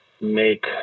make